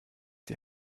die